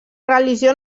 religió